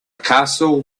castle